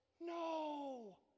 no